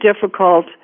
difficult